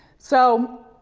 so,